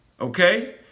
Okay